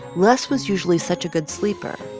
les was usually such a good sleeper.